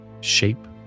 shape